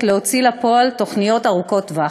להוציא לפועל תוכניות ארוכות טווח.